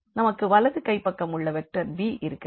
நமக்கு வலது கைப்பக்கம் உள்ள வெக்டர் b இருக்கிறது